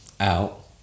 Out